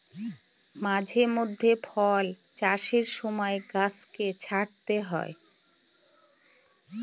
মাঝে মধ্যে ফল চাষের সময় গাছকে ছাঁটতে হয়